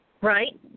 right